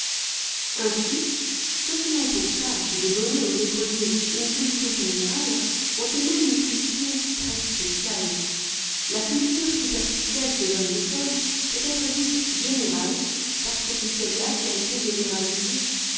ainsi ceux qui ont pour tâche de donner aux écoliers une culture générale ont eux-mêmes une culture très spéciale la culture superficielle que donne l'ecole peut être dite générale parce que c'est celle-là qui a été généralisée